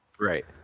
right